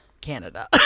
Canada